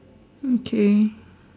okay